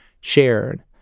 shared